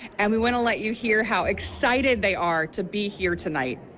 and we want to let you hear how excited they are to be here tonight.